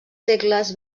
segles